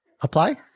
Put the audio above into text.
apply